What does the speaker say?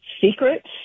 secrets